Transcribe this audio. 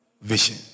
vision